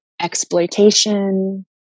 exploitation